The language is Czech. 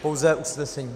Pouze usnesení.